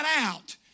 out